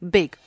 Big